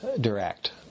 direct